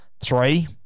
three